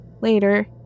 Later